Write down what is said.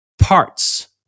parts